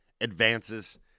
advances